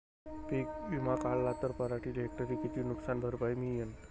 पीक विमा काढला त पराटीले हेक्टरी किती नुकसान भरपाई मिळीनं?